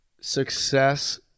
success